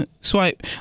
swipe